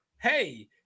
hey